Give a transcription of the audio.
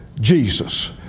Jesus